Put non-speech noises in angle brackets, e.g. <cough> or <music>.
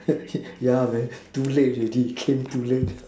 <laughs> yeah then too late already came too late